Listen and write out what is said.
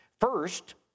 First